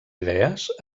idees